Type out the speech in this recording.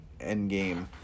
endgame